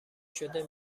شده